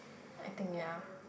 I think ya